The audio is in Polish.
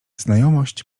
znajomość